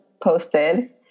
posted